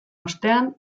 ostean